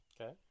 Okay